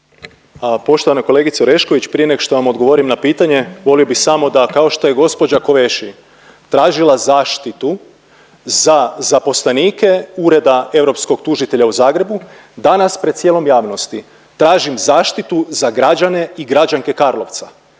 Poštovana kolegice Orešković prije nego što vam odgovorim na pitanje volio bih samo da kao što je gospođa Kövesi tražila zaštitu za zaposlenike Ureda europskog tužitelja u Zagrebu danas pred cijelom javnosti tražim zaštitu za građane i građanke Karlovca